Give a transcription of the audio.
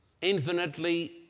infinitely